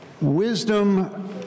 wisdom